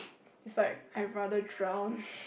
he's like I rather drown